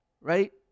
right